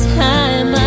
time